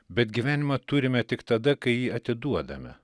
bet gyvenimą turime tik tada kai jį atiduodame